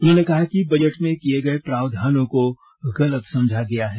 उन्होंने कहा कि बजट में किये गये प्रावधानों को गलत समझा गया है